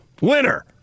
Winner